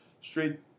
straight